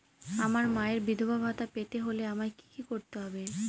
আমার মায়ের বিধবা ভাতা পেতে হলে আমায় কি কি করতে হবে?